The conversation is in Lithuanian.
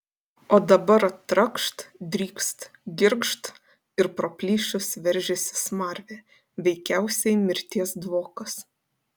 o dabar trakšt drykst girgžt ir pro plyšius veržiasi smarvė veikiausiai mirties dvokas